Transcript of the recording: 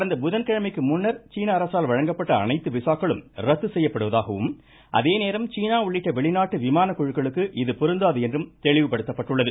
கடந்த புதன்கிழமைக்கு முன்னர் சீன அரசால் வழங்கப்பட்ட அனைத்து விசாக்களும் ரத்து செய்யப்படுவதாகவும் அதேநேரம் சீனா உள்ளிட்ட வெளிநாட்டு விமான குழுக்களுக்கு இது பொருந்தாது என்றும் தெளிவுபடுத்தப்பட்டுள்ளது